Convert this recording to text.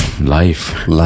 life